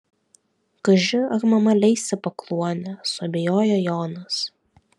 kaži ar mama leis į pakluonę suabejoja jonas